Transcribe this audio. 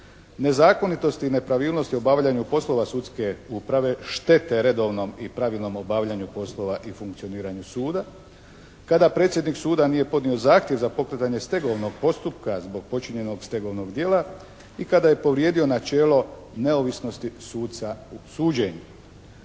nezakonitosti i nepravilnosti u obavljanju poslova sudske uprave štete redovnom i pravilnom obavljanju poslova i funkcioniranju suda, kada predsjednik suda nije podnio zahtjev za pokretanje stegovnog postupka zbog počinjenog stegovnog djela i kada je povrijedio načelo neovisnosti suca u suđenju.